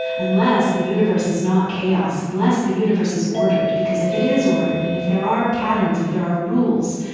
unless the universe is not chaos, unless the universe is ordered because if it is ordered and if there are patterns, if there are rules,